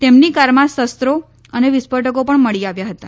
તેમની કારમાં શસ્ત્રો અને વિસ્ફોટકો પણ મળી આવ્યા હતા